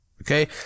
okay